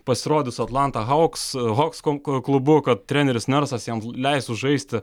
pasirodys su atlanta haoks hoks kon klubu kad treneris nersas jam leistų žaisti